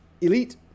Elite